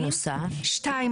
שתיים,